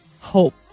hope